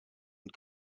und